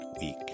week